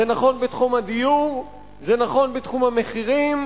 זה נכון בתחום הדיור, זה נכון בתחום המחירים,